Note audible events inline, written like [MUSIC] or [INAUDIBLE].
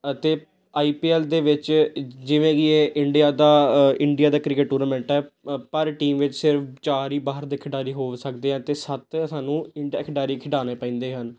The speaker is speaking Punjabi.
ਅਤੇ ਆਈ ਪੀ ਐਲ ਦੇ ਵਿੱਚ ਜਿਵੇਂ ਕਿ ਇਹ ਇੰਡੀਆ ਦਾ ਇੰਡੀਆ ਦਾ ਕ੍ਰਿਕਟ ਟੂਰਨਾਮੈਂਟ ਹੈ ਅ ਪਰ ਟੀਮ ਵਿੱਚ ਸਿਰਫ ਚਾਰ ਹੀ ਬਾਹਰ ਦੇ ਖਿਡਾਰੀ ਹੋ ਸਕਦੇ ਆ ਅਤੇ ਸੱਤ ਸਾਨੂੰ [UNINTELLIGIBLE] ਖਿਡਾਰੀ ਖਿਡਾਉਣੇ ਪੈਂਦੇ ਹਨ